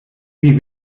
wie